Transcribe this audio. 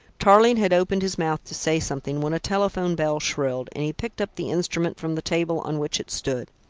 tarling had opened his mouth to say something, when a telephone bell shrilled, and he picked up the instrument from the table on which it stood.